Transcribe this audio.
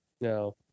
No